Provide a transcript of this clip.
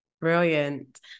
Brilliant